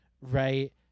right